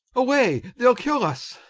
away, they'll kill us!